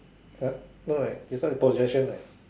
!huh! no eh this one is possession eh